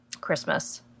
Christmas